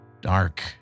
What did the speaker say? Dark